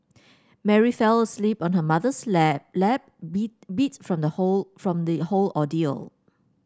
Mary fell asleep on her mother's lap lap beat beat from the whole from the whole ordeal